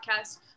podcast